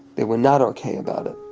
they were not ok about it,